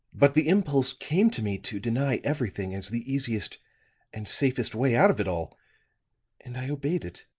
but the impulse came to me to deny everything as the easiest and safest way out of it all and i obeyed it.